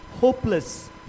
hopeless